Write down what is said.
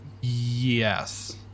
yes